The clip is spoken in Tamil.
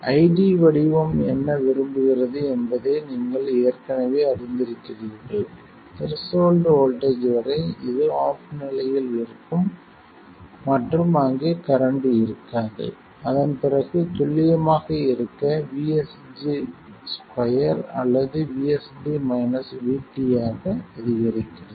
ID வடிவம் என்ன விரும்புகிறது என்பதை நீங்கள் ஏற்கனவே அறிந்திருக்கிறீர்கள் த்ரெஷோல்ட் வோல்ட்டேஜ் வரை இது ஆஃப் நிலையில் இருக்கும் மற்றும் அங்கு கரண்ட் இருக்காது அதன் பிறகு துல்லியமாக இருக்க VSD ஸ்கொயர் அல்லது ஆக அதிகரிக்கிறது